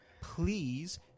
please